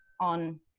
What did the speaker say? on